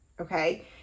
okay